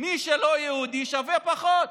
מי שלא יהודי שווה פחות.